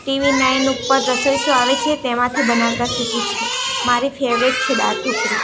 TV nine ઉપર રસોઈ show આવે છે તેમાંથી બનાવતા શીખી છું મારી ફેવરેટ છે દાળ ઢોકળી